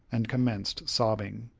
and commenced sobbing.